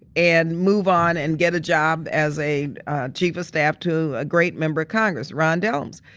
and move on and get a job as a chief of staff to a great member of congress, ron dellums.